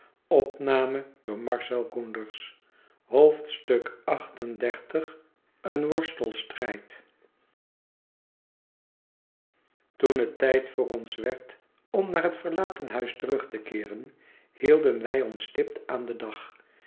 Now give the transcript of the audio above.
xxxviii een worstelstrijd toen ï et tijd voor ons werd om naar het verlaten èuis terug te keeren hielden wij ons stipt aan den dag